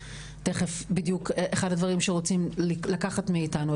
בדיוק אחד הדברים שרוצים לקחת מאיתנו,